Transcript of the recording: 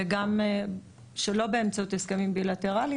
שגם שלא באמצעות הסכמים בילטרליים,